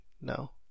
No